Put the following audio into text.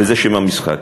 וזה שם המשחק,